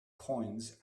coins